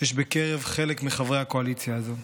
יש בקרב חלק מחברי הקואליציה הזו,